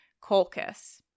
Colchis